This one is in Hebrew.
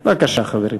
בבקשה, חברים.